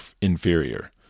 inferior